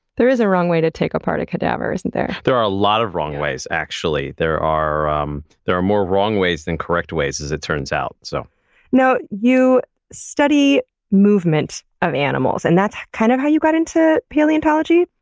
there is a wrong way to take apart a cadaver, isn't there? there are a lot of wrong ways, actually. there are um there are more wrong ways then correct ways as it turns out. so now you study movement of animals and that's kind of how you got into paleontology?